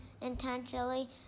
intentionally